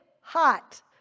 hot